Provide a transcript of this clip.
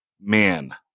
man